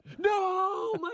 No